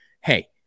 hey